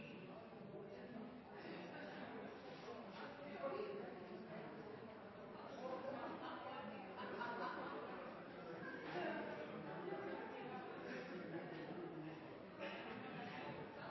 jeg synes det er litt spesielt at vi får kritikk for at ikke vi